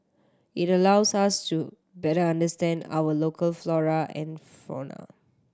it allows us to better understand our local flora and fauna